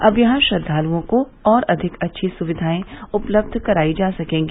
अब यहां श्रद्वालुओं को और अधिक अच्छी सुविघाए उपलब्ध कराई जा सकेगी